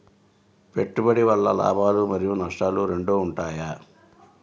పెట్టుబడి వల్ల లాభాలు మరియు నష్టాలు రెండు ఉంటాయా?